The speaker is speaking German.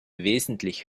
wesentlich